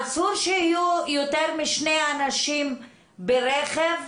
אסור שיהיו יותר משני אנשים ברכב,